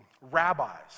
Rabbis